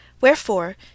WHEREFORE